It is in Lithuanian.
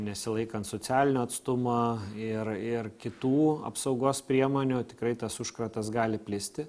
nesilaikant socialinio atstumo ir ir kitų apsaugos priemonių tikrai tas užkratas gali plisti